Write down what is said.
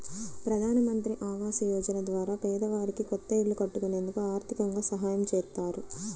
ప్రధానమంత్రి ఆవాస యోజన ద్వారా పేదవారికి కొత్త ఇల్లు కట్టుకునేందుకు ఆర్దికంగా సాయం చేత్తారు